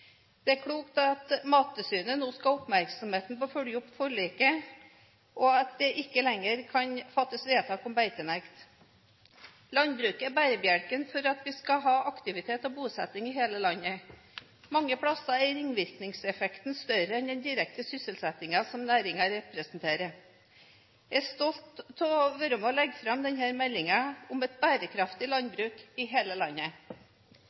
Det er klokt at Mattilsynet nå skal ha oppmerksomhet på å følge opp forliket, og at det ikke lenger kan fattes vedtak om beitenekt. Landbruket er bærebjelken for at vi skal ha aktivitet og bosetting i hele landet. Mange steder er ringvirkningseffektene større enn den direkte sysselsettingen som næringen representerer. Jeg er stolt over å være med og legge fram denne meldingen om et bærekraftig landbruk i hele landet.